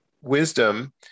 wisdom